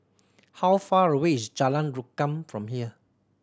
how far away is Jalan Rukam from here